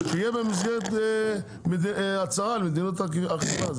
שיהיה במסגרת הצהרה על מדיניות האכיפה,